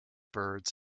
birds